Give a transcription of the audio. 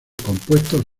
compuestos